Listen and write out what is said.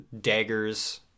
daggers